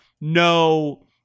no